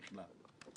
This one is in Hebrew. אלה שעוזבים.